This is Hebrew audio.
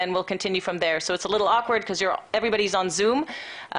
זה מעט מוזר כי כולם בזום.